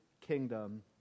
kingdom